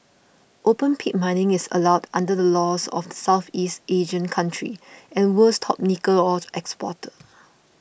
open pit mining is allowed under the laws of the Southeast Asian country and world's top nickel ore exporter